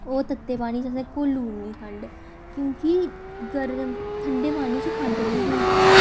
ओह् तत्ते पानी च असें घोली ओड़नी खंड क्योंकि गर्म ठंडे पानी च खंड निं घुलदी